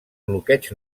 bloqueig